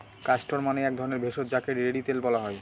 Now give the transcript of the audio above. castor মানে এক ধরণের ভেষজ যাকে রেড়ি তেল বলা হয়